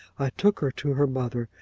i took her to her mother,